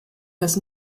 das